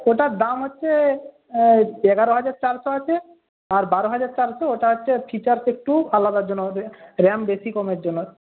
ওটার দাম হচ্ছে এগারো হাজার চারশো আছে আর বারো হাজার চারশো ওটা হচ্ছে ফিচার্স একটু আলাদার জন্য হবে র্যাম বেশি কমের জন্য